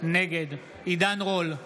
נגד עידן רול,